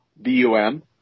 B-U-M